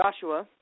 Joshua